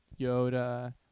Yoda